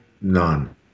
None